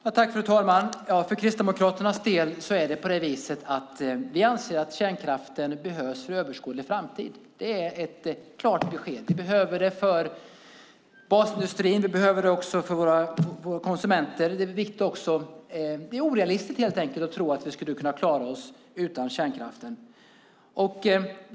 Fru talman! Vi kristdemokrater anser att kärnkraften behövs för en överskådlig framtid. Det är ett klart besked. Vi behöver den för basindustrin och för våra konsumenter. Det är helt enkelt orealistiskt att tro att vi skulle kunna klara oss utan kärnkraften.